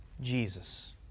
Jesus